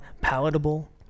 palatable